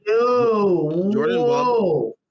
jordan